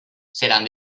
seran